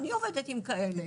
אני עובדת עם כאלה,